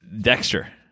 Dexter